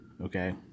Okay